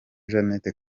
jeannette